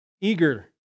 Eager